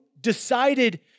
decided